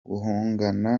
guhangana